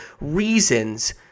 reasons